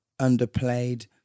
underplayed